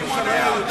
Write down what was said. אבל מי שלא יהודי,